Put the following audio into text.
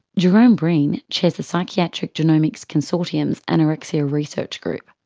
gerome breen chairs the psychiatric genomics consortium's anorexia research group.